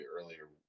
earlier